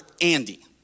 Andy